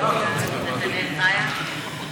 הממשלה הזאת שוב מעבירה סמכויות.